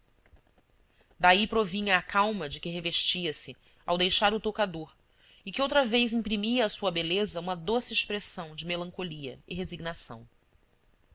daí provinha a calma de que revestia se ao deixar o toucador e que outra vez imprimia à sua beleza uma doce expressão de melancolia e resignação